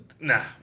nah